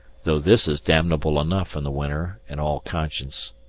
though this is damnable enough in the winter, in all conscience.